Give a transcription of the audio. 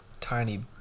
tiny